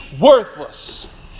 worthless